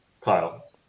Kyle